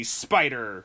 spider